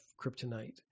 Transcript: Kryptonite